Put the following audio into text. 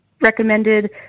recommended